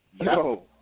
Yo